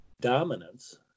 dominance